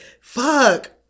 Fuck